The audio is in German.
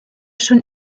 schon